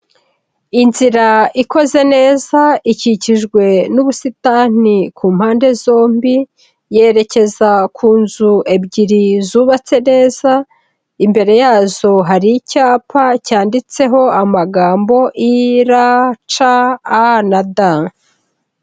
Inzira ikoze neza ikikijwe n'ubusitani ku mpande zombi, yerekeza ku nzu ebyiri zubatse neza, imbere yazo hari icyapa cyanditseho amagambo I R C A na d.